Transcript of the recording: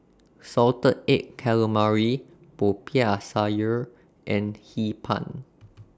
Salted Egg Calamari Popiah Sayur and Hee Pan